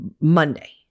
Monday